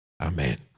Amen